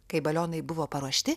kai balionai buvo paruošti